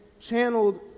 channeled